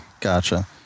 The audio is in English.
Gotcha